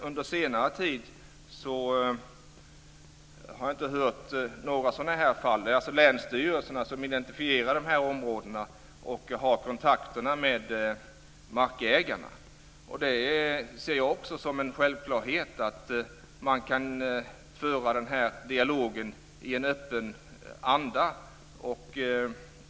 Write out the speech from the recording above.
Under senare tid har jag inte hört talas om några sådana fall. Det är alltså länsstyrelserna som identifierar de här områdena och har kontakt med markägarna. Jag ser det som en självklarhet att man kan föra den här dialogen i en öppen anda.